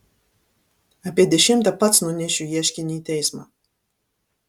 apie dešimtą pats nunešiu ieškinį į teismą